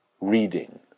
reading